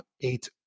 eight